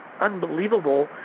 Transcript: unbelievable